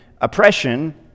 oppression